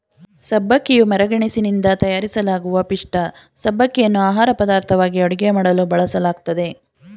ಸಬ್ಬಕ್ಕಿಯು ಮರಗೆಣಸಿನಿಂದ ತಯಾರಿಸಲಾಗುವ ಪಿಷ್ಠ ಸಬ್ಬಕ್ಕಿಯನ್ನು ಆಹಾರಪದಾರ್ಥವಾಗಿ ಅಡುಗೆ ಮಾಡಲು ಬಳಸಲಾಗ್ತದೆ